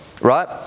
Right